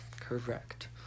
Correct